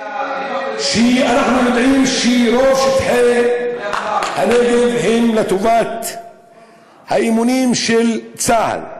כשאנחנו יודעים שרוב שטחי הנגב הם לטובת האימונים של צה"ל.